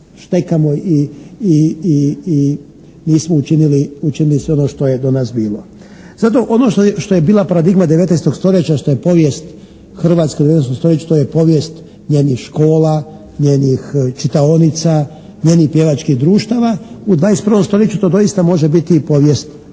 štekamo i nismo učinili sve ono što je do nas bilo. Zato ono što je bila pradigma 19. stoljeća što je povijest hrvatske u 19. stoljeću to je povijest njenih škola, njenih čitaonica, njenih pjevačkih društava. U 21. stoljeću to doista može biti i povijest i